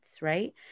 right